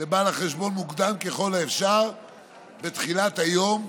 לבעל החשבון מוקדם ככל האפשר בתחילת היום,